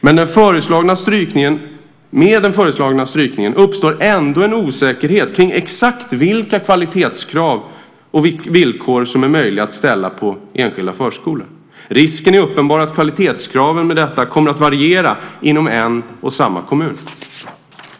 Med den föreslagna strykningen uppstår ändå en osäkerhet om exakt vilka kvalitetskrav och villkor som är möjliga att ställa på enskilda förskolor. Risken är uppenbar att kvalitetskraven med detta kommer att variera inom en och samma kommun.